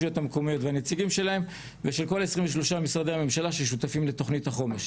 כרגע משרד הפנים מנוע מתקציב ישיר.